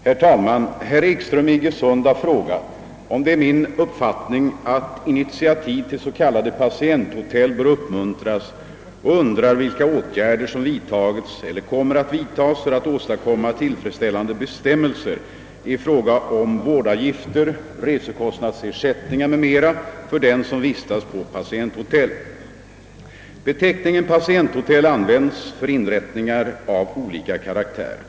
Herr talman! Herr Ekström i Iggesund har frågat, om det är min uppfattning att initiativ till s.k. patienthotell bör uppmuntras, och undrar vilka åtgärder som vidtagits eller kommer att vidtas för att åstadkomma tillfredsställande bestämmelser i fråga om vårdavgifter, resekostnadsersättningar m.m. för den som vistas på patienthotell. Beteckningen patienthotell används för inrättningar av olika karaktär.